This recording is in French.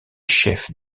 chefs